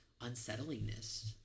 unsettlingness